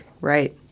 Right